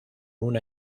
una